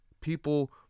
People